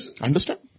Understand